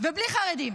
ובלי חרדים,